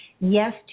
yes